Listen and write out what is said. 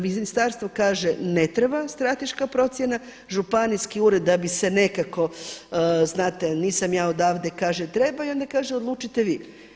Ministarstvo kaže ne treba strateška procjena, županijski ured da bi se nekako znate nisam ja odavde kaže treba i onda kaže odlučite vi.